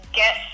get